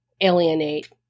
alienate